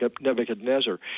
Nebuchadnezzar